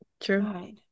true